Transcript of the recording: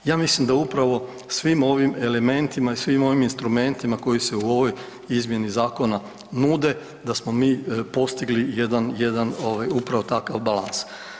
Ja mislim da upravo svim ovim elementima i svim ovim instrumentima koji se u ovoj izmjeni zakona nude da smo mi postigli jedan, jedan ovaj upravo takav balans.